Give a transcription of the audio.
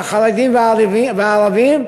זה החרדים והערבים.